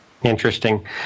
Interesting